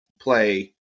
play